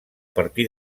partir